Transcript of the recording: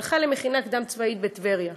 והלכה למכינה קדם-צבאית בטבריה.